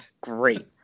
great